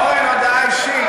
אורן, הודעה אישית.